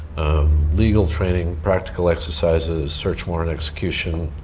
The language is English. legal training, practical exercises, search warrant execution,